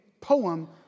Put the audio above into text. poem